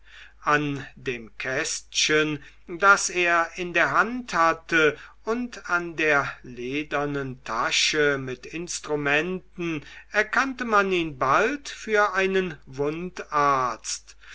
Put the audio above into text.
an dem kästchen das er in der hand hatte und an der ledernen tasche mit instrumenten erkannte man ihn bald für einen